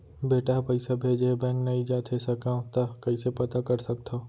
बेटा ह पइसा भेजे हे बैंक नई जाथे सकंव त कइसे पता कर सकथव?